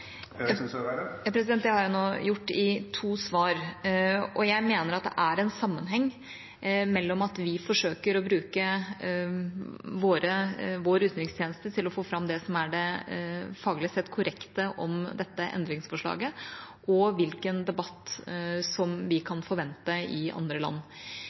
Det har jeg gjort nå i to svar. Jeg mener at det er en sammenheng mellom at vi forsøker å bruke vår utenrikstjeneste til å få fram det som er det faglig sett korrekte om dette endringsforslaget, og hvilken debatt som vi kan forvente i andre land.